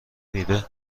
میوه